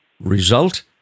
Result